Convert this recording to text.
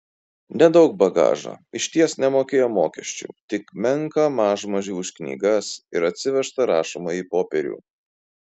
nedaug bagažo išties nemokėjo mokesčių tik menką mažmožį už knygas ir atsivežtą rašomąjį popierių